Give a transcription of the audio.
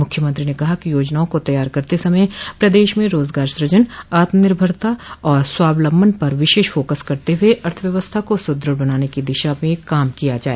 मूख्यमंत्री ने कहा कि योजनाओं को तैयार करते समय प्रदेश में रोजगार सूजन आत्मनिर्भरता और स्वावलम्बन पर विशेष फोकस करते हुए अर्थव्यवस्था को सुदृढ़ बनाने की दिशा में कार्य किया जाए